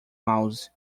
mouse